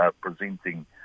presenting